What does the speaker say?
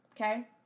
okay